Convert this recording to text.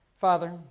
Father